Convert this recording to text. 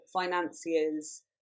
financiers